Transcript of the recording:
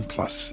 Plus